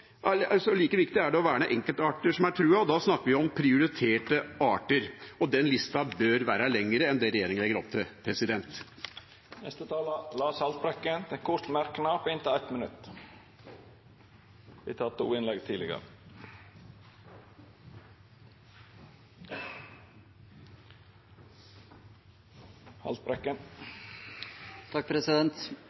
og da snakker vi om prioriterte arter, og den lista bør være lengre enn det regjeringa legger opp til. Representanten Lars Haltbrekken har hatt ordet to gonger tidlegare og får ordet til ein kort merknad, avgrensa til 1 minutt.